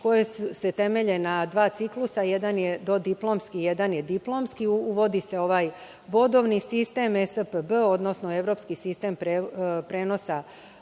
koji se temelje na dva ciklusa. Jedan je dodiplomski, jedan je diplomski. Uvodi se bodovni sistem, ESPB, odnosno evropski sistem prenosa